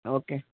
okay